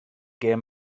gêm